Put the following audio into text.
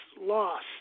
lost